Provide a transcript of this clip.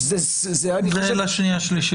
זה אני חושב --- זה לשנייה שלישית.